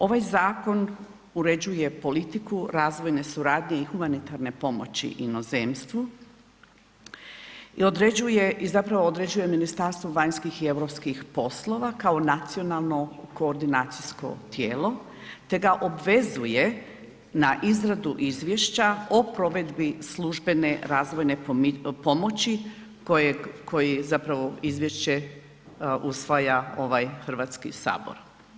Ovaj zakon uređuje politiku razvojne suradnje i humanitarne pomoći inozemstvu i zapravo određuje Ministarstvo vanjskih i europskih poslova kao nacionalno koordinacijsko tijelo te ga obvezuje na izradu Izvješća o provedbi službene razvojne pomoći koje zapravo izvješće ovaj Hrvatski sabor.